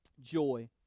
Joy